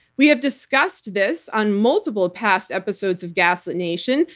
we have discussed this on multiple past episodes of gaslit nation,